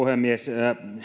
puhemies